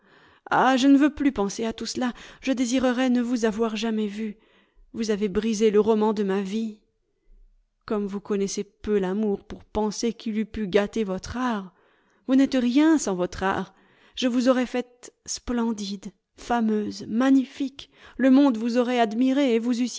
ah je ne veux plus penser à tout cela je désirerais ne vous avoir jamais vue vous avez brisé le roman de ma vie gomme vous connaissez peu l'amour pour penser qu'il eût pu gâter votre art vous n'êtes rien sans votre art je vous aurais faite splendide fameuse magnifique le monde vous aurait admirée et vous